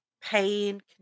pain